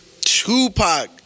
Tupac